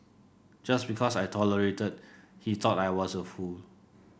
just because I tolerated he thought I was a fool